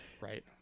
right